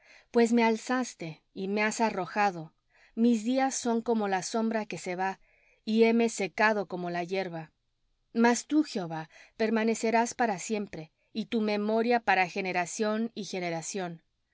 pues me alzaste y me has arrojado mis días son como la sombra que se va y heme secado como la hierba mas tú jehová permanecerás para siempre y tu memoria para generación y generación